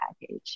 package